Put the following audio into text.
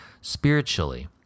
spiritually